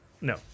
No